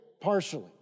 partially